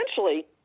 Essentially